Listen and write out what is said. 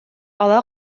ала